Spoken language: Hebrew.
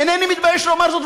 אינני מתבייש לומר זאת,